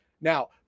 Now